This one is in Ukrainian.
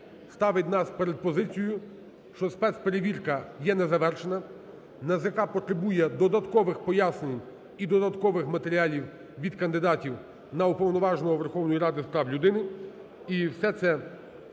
ставить нас перед позицією, що спецперевірка є незавершена, НАЗК потребує додаткових пояснень і додаткових матеріалів від кандидатів на Уповноваженого